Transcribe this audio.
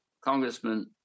Congressman